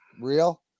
real